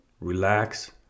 relax